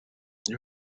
you